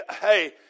Hey